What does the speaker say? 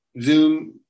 Zoom